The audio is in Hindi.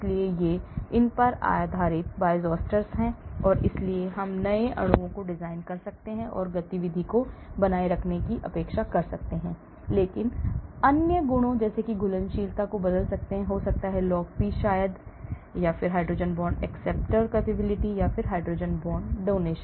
इसलिए ये इन पर आधारित Bioisosteres हैं और इसलिए हम नए अणुओं को डिजाइन कर सकते हैं और गतिविधि को बनाए रखने की अपेक्षा कर सकते हैं लेकिन अन्य गुणों जैसे घुलनशीलता को बदल सकते हैं हो सकता है log P शायद hydrogen bond acceptor capability or hydrogen bond donating capability है